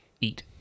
eat